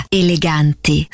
eleganti